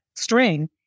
string